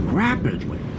rapidly